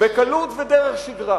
בקלות ודרך שגרה,